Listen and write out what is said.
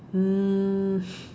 mm